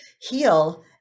heal